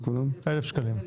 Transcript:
1,000 שקלים.